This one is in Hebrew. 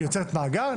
היא יוצרת מאגר,